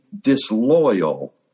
disloyal